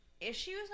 issues